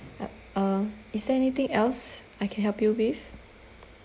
yup uh is there anything else I can help you with